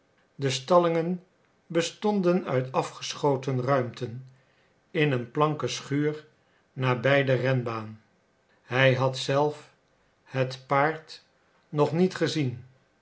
de stallingen bestonden uit afgeschoten ruimten in een planken schuur nabij den renbaan hij had zelf het paard nog niet gezien